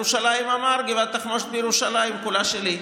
שר ירושלים אמר: גבעת התחמושת בירושלים כולה שלי.